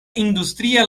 industria